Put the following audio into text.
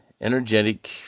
energetic